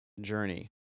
journey